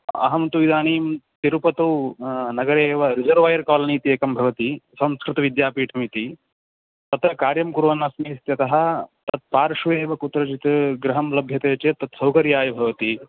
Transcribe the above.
अहं तु इदानीं तिरुपतौ नगरे एव रिसर्वोयर् कालोनि इति एकं भवति संस्कृतविद्यापीठमिति तत्र कार्यं कुर्वन् अस्मि इत्यतः तत्पार्श्वे एव कुत्रचित् गृहं लभ्यते चेत् तत् सौकर्याय भवति